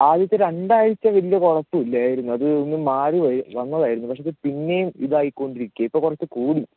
ആദ്യത്തെ രണ്ടാഴ്ച വലിയ കുഴപ്പം ഇല്ലായിരുന്നു അതുകഴിഞ്ഞു മാറി വന്നതായിരുന്നു പക്ഷെ അത് പിന്നെയും ഇതായി കൊണ്ടിരിക്കുകയാണ് ഇപ്പം കുറച്ചു കൂടി